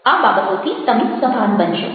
આ બાબતોથી તમે સભાન બનશો